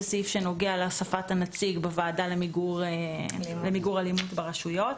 זה סעיף שנוגע להוספת הנציג בוועדה למיגור אלימות ברשויות.